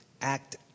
act